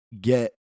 get